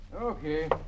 Okay